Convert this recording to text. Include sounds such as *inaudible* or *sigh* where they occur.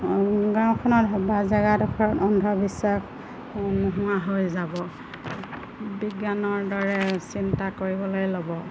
গাঁওখনৰ *unintelligible* জেগাডখৰ অন্ধবিশ্বাস হো নোহোৱা হৈ যাব বিজ্ঞানৰ দৰে চিন্তা কৰিবলৈ ল'ব